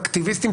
אקטיביסטיים,